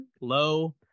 low